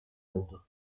oldu